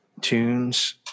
tunes